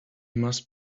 must